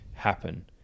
happen